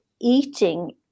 eating